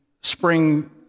spring